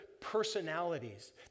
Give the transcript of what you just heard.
personalities